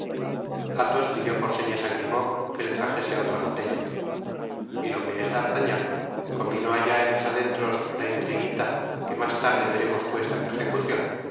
athos pidió por señas á grimaud que le trajese otra botella y lo que es d'artagnan combinó allá en sus adentros una intriguita que mas tarde veremos puesta en ejecucion